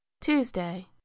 Tuesday